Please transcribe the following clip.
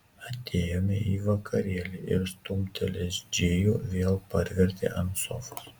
atėjome į vakarėlį ir stumtelėjęs džėjų vėl parvertė ant sofos